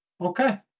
Okay